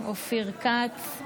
אופיר כץ.